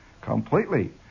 Completely